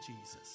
Jesus